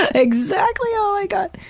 ah exactly, oh my god.